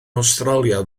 awstralia